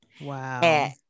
Wow